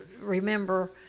remember